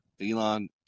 Elon